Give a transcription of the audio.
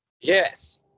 Yes